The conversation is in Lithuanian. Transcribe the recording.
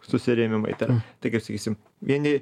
susirėmimai ten taigi sakysim vieni